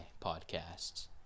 Podcasts